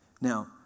Now